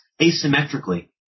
asymmetrically